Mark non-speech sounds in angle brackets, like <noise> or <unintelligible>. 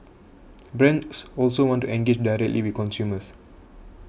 brands also want to engage directly <unintelligible> consumers